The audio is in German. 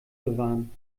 bewahren